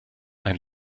ein